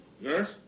Yes